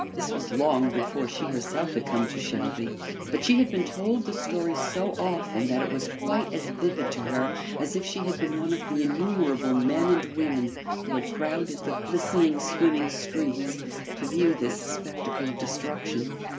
this was long before she herself had come to shelby but she had been told the story so often that it was quite as vivid to her as if she had been one of the innumerable men and women who had crowded the glistening, swimming streets to view this spectacle of destruction.